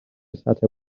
سطح